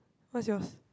what's yours